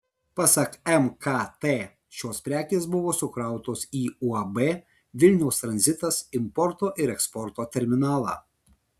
pasak mkt šios prekės buvo sukrautos į uab vilniaus tranzitas importo ir eksporto terminalą